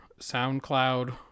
SoundCloud